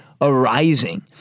arising